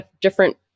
different